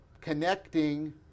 connecting